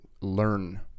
learn